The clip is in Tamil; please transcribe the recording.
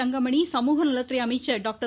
தங்கமணி சமூக நலத்துறை அமைச்சர் டாக்டர்